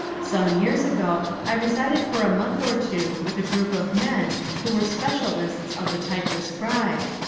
some years ago i resided for a month or two with a group of men who were specialists of the type described,